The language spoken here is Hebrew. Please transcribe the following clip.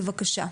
בבקשה.